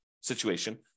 situation